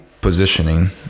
positioning